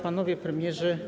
Panowie Premierzy!